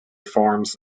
forms